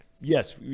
Yes